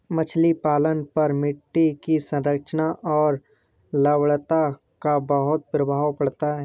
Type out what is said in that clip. मछली पालन पर मिट्टी की संरचना और लवणता का बहुत प्रभाव पड़ता है